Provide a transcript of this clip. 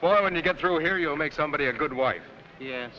well when you get through here you'll make somebody a good wife